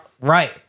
right